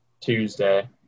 Tuesday